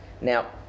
Now